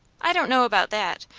i don't know about that.